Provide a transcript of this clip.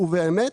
ובאמת,